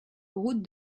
route